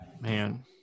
man